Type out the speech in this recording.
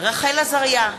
רחל עזריה,